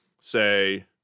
say